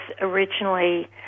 originally